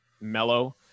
mellow